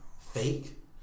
fake